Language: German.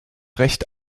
recht